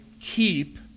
keep